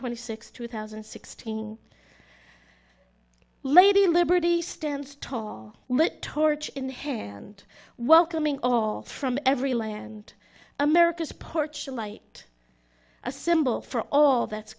twenty sixth two thousand and sixteen lady liberty stands tall lit torch in hand welcoming all from every land america's porch light a symbol for all that's